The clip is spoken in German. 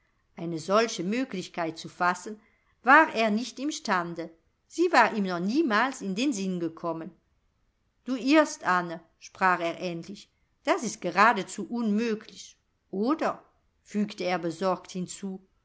eine solche möglichkeit zu fassen war er nicht im stande sie war ihm noch niemals in den sinn gekommen du irrst anne sprach er endlich das ist geradezu unmöglich oder fügte er besorgt hinzu